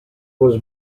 was